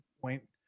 point